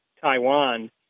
Taiwan